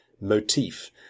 motif